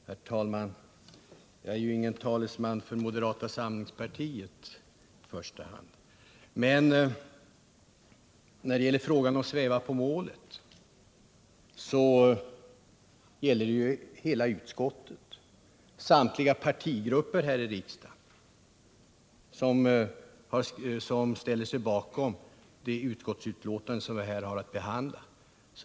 Herr talman! Jag står förvisso inte här som talesman för moderata samlingspartiet i första hand. Men att sväva på målet är något som gäller för hela utskottet och för samtliga partigrupper här i riksdagen, som ställer sig bakom det utskottsbetänkande som vi nu behandlar.